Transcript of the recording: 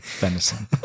Venison